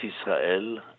Israel